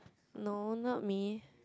no not me